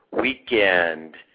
weekend